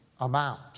amount